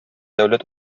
дәүләт